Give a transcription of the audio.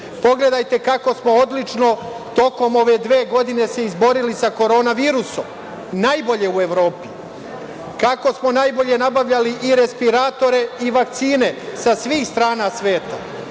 kriza. Pogledajte kako smo odlično tokom ove dve godine se izborili sa korona virusom. Najbolje u Evropi. Kako smo najbolje nabavljali i respiratore, i vakcine sa svih strana sveta.